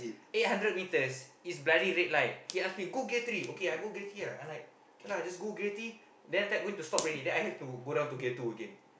eight hundred meters is bloody red light he ask me go gear three okay I go gear three lah then I'm like okay lah go gear three then after that going to stop already then I have to go to gear two again